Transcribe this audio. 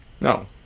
no